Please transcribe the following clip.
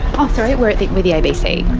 um ah sorry. we're the we're the abc.